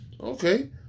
Okay